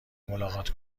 ملاقات